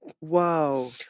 Wow